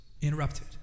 interrupted